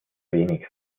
wenig